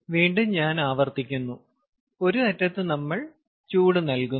വീണ്ടും ഞാൻ ആവർത്തിക്കുന്നു ഒരു അറ്റത്ത് നമ്മൾ ചൂട് നൽകുന്നു